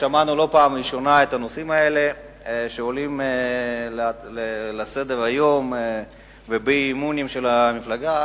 שמענו לא פעם את הנושאים האלה שעולים לסדר-היום ובאי-אמון של המפלגה.